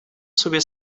sobie